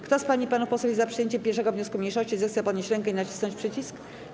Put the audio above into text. Kto z pań i panów posłów jest za przyjęciem 1. wniosku mniejszości, zechce podnieść rękę i nacisnąć przycisk.